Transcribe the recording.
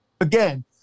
again